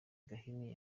gahini